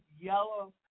yellow